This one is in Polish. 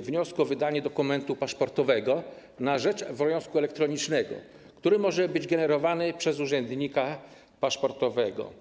wniosku o wydanie dokumentu paszportowego na rzecz wniosku elektronicznego, który może być generowany przez urzędnika paszportowego.